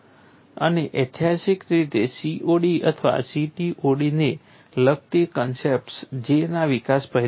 અને ઐતિહાસિક રીતે COD અથવા CTOD ને લગતી કન્સેપ્ટ્સ J ના વિકાસ પહેલાં હતી